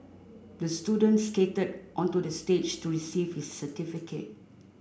the student skated onto the stage to receive his certificate